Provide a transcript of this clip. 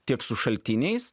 tiek su šaltiniais